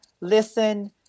listen